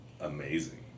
amazing